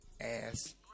ass